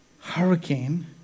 hurricane